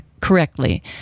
correctly